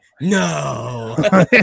no